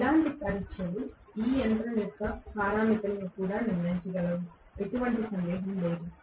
ఇలాంటి పరీక్షలు ఈ యంత్రం యొక్క పారామితులను కూడా నిర్ణయించగలవు ఎటువంటి సందేహం లేదు